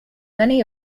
many